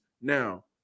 Now